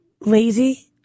Lazy